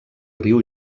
riu